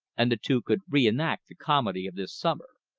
and the two could re-enact the comedy of this summer.